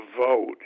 vote